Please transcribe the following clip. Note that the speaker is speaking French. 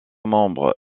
membre